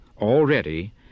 Already